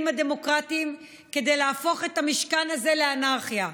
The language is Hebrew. הדמוקרטיים כדי להפוך את המשכן הזה לאנרכיה.